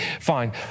fine